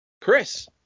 Chris